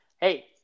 hey